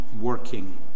working